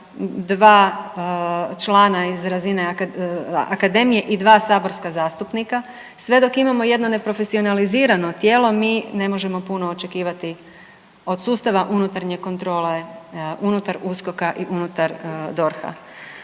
2 člana iz razine akademije i 2 saborska zastupnika, sve dok imamo jedno ne profesionalizirano tijelo mi ne možemo puno očekivati od sustava unutarnje kontrole unutar USKOK-a i unutar DORH-a.